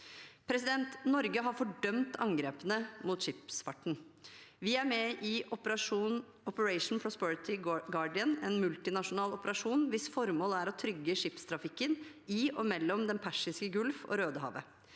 Norge har fordømt angrepene mot skipsfarten. Vi er med i «Operation Prosperity Guardian» – en multinasjonal operasjon hvis formål er å trygge skipstrafikken i og mellom Den persiske bukt og Rødehavet.